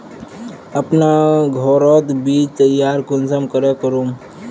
अपना घोरोत बीज तैयार कुंसम करे करूम?